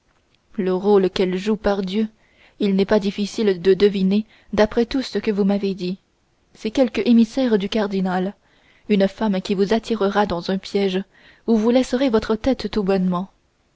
le rôle qu'elle joue pardieu il n'est pas difficile à deviner d'après tout ce que vous m'avez dit c'est quelque émissaire du cardinal une femme qui vous attirera dans un piège où vous laisserez votre tête tout bonnement